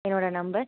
என்னோடய நம்பர்